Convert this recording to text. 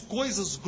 coisas